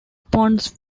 ponds